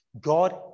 God